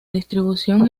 distribución